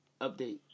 update